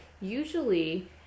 usually